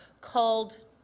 called